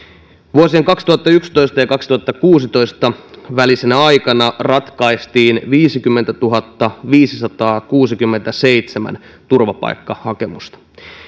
vuosien kaksituhattayksitoista ja kaksituhattakuusitoista välisenä aikana ratkaistiin viisikymmentätuhattaviisisataakuusikymmentäseitsemän turvapaikkahakemusta